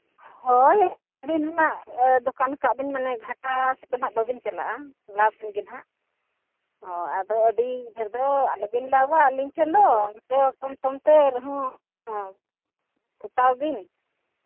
ᱦᱳᱭ ᱟᱹᱵᱤᱱᱢᱟ ᱫᱚᱠᱟᱱ ᱠᱟᱜ ᱵᱤᱱ ᱢᱟᱱᱮ ᱜᱷᱟᱴᱟ ᱥᱮᱫ ᱫᱚ ᱱᱟᱜ ᱵᱟᱹᱵᱤᱱ ᱪᱟᱞᱟᱜᱼᱟ ᱞᱟᱥᱴ ᱨᱮᱜᱮ ᱱᱟᱜ ᱟᱫᱚ ᱟᱹᱰᱤ ᱰᱷᱮᱨ ᱫᱚ ᱟᱞᱚ ᱵᱤᱱ ᱫᱟᱢᱟ ᱟᱹᱞᱤᱧ ᱴᱷᱮᱱ ᱫᱚ ᱤᱱᱠᱟᱹ ᱠᱚᱢ ᱥᱚᱢ ᱛᱮ ᱨᱮᱦᱚᱸ ᱯᱚᱴᱟᱣ ᱵᱤᱱ